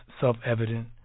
self-evident